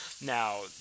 Now